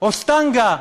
או סטנגה,